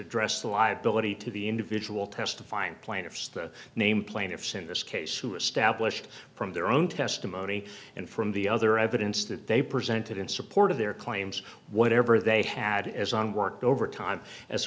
address the liability to the individual testifying plaintiffs the name plaintiffs in this sewer stablished from their own testimony and from the other evidence that they presented in support of their claims whatever they had as long worked over time as